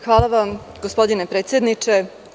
Hvala vam, gospodine predsedniče.